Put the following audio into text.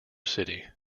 city